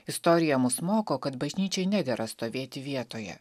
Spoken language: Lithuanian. istorija mus moko kad bažnyčiai nedera stovėti vietoje